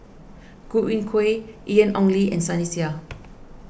Godwin Koay Ian Ong Li and Sunny Sia